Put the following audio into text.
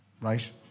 right